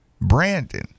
Brandon